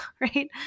right